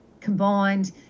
combined